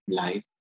life